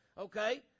okay